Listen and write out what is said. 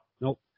Nope